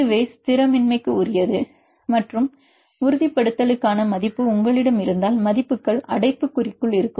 இதுவே ஸ்திரமின்மைக்குரியது மற்றும் உறுதிப்படுத்தலுக்கான மதிப்பு உங்களிடம் இருந்தால் மதிப்புகள் அடைப்புக்குறிக்குள் இருக்கும்